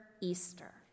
Easter